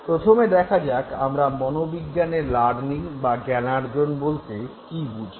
প্রথমে দেখা যাক আমরা মনোবিজ্ঞানে লার্নিং বা জ্ঞানার্জন বলতে কী বুঝি